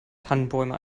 tannenbäume